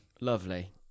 Lovely